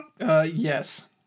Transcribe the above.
yes